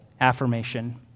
affirmation